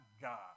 God